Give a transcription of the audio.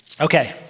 Okay